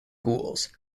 gules